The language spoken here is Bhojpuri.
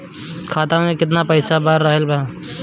खाता में केतना पइसा रहल ह?